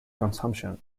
consumption